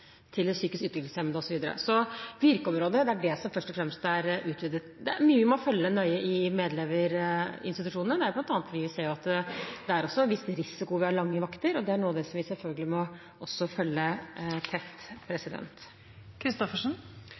utviklingshemmede osv. Så det er først og fremst virkeområdet som er utvidet. Det er noe man må følge nøye i medleverinstitusjonene, bl.a. fordi vi ser at det også er en viss risiko ved å ha lange vakter, og det er noe av det som vi selvfølgelig også må følge tett.